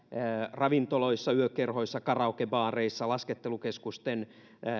ravintoloissa yökerhoissa karaokebaareissa laskettelukeskusten